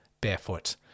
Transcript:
barefoot